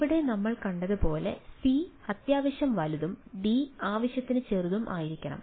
ഇവിടെ നമ്മൾ കണ്ടതുപോലെ സി ആവശ്യത്തിന് വലുതും ഡി ആവശ്യത്തിന് ചെറുതും ആയിരിക്കണം